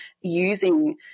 using